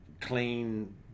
clean